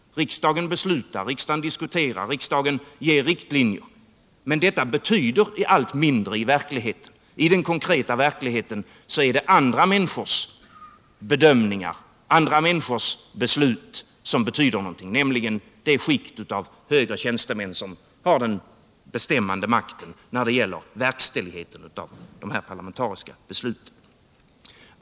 Riksdagen diskuterar och beslutar, och riksdagesn ger riktlinjer. Men detta betyder allt mindre i verkligheten; i den konkreta verkligheten är det i stället andra människors bedömningar och beslut som betyder någonting, nämligen bedömningarna och besluten av det skikt av högre tjänstemän som har den bestämmande makten när det gäller verkställigheten av de parlamentariska besluten.